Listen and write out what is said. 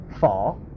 far